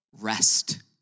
rest